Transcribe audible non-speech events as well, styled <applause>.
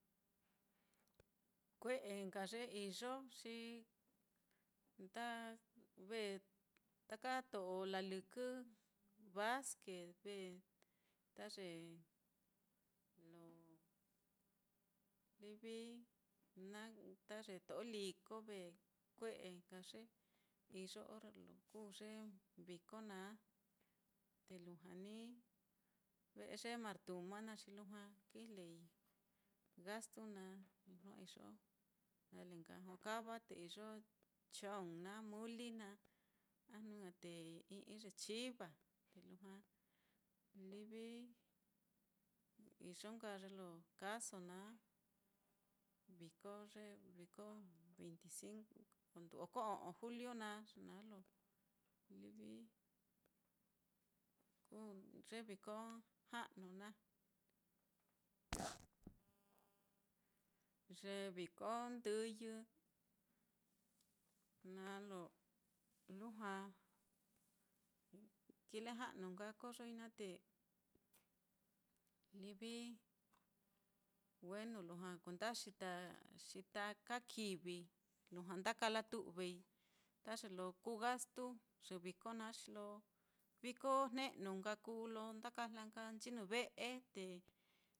Kue'e nka ye iyo xi nda <hesitation> ve taka to'o lalɨkɨ basquet, ve ta ye lo livi naá ta ye to'o liko ve, kue'e nka ye iyo orre lo kuu ye viko naáte lujua ní ve'e ye martuma naá xi lujua kijlei gastu naá, lujua iyo nale nka jokava te iyo chong naá, muli naá a jnu ña'a te ī'ī ye chiva, te lujua livi iyo nka ye lo kaaso naá viko ye viko veinti cinco, nduu oko o'on juliu naá, ye naá lo livi kuu ye viko ja'nu naá. Ye viko ndɨyɨ naá, lo lujua <noise> kileja'nu nka koyoi naá te livi wenu lujua kuenda xita, xita ka kivi lujua nda kalatu'vei taka ye lo kuu gastu ye viko naá xi lo viko jne'nu nka kuu lo nda kajla nka chinɨ ve'e te